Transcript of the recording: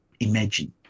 imagine